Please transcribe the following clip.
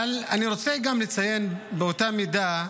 אבל אני רוצה גם לציין, באותה מידה,